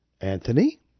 Anthony